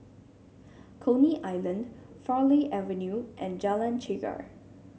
Coney Island Farleigh Avenue and Jalan Chegar